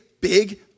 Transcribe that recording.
big